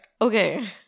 Okay